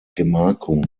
gemarkung